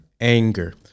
Anger